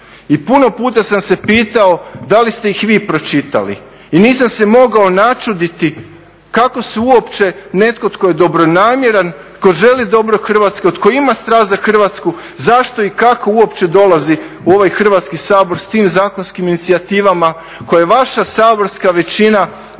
i puno puta sam se pitao da li ste ih vi pročitali i nisam se mogao načuditi kako se uopće netko tko je dobronamjeran, tko želi dobro Hrvatskoj, tko ima strast za Hrvatsku, zašto i kako uopće dolazi u ovaj Hrvatski sabor s tim zakonskim inicijativama koje vaša saborska većina u